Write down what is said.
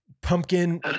pumpkin